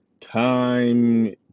Time